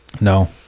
No